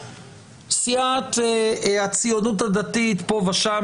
סיעת הציונות הדתית פה ושם,